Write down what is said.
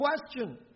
question